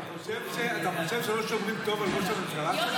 אתה חושב שלא שומרים טוב על ראש הממשלה שלנו,